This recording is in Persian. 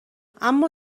اما